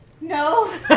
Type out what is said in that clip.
No